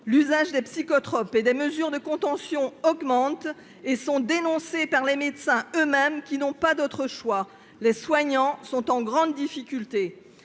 L'usage des psychotropes et des mesures de contention augmente, dénoncé par les médecins eux-mêmes, qui n'ont pas d'autre choix. Les soignants sont en grande difficulté.